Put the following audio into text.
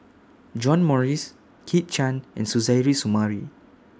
John Morrice Kit Chan and Suzairhe Sumari